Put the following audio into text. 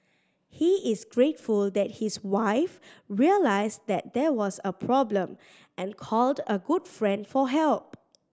he is grateful that his wife realised that there was a problem and called a good friend for help